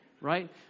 Right